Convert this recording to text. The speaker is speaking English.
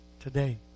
today